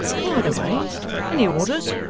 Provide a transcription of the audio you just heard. by the way any orders?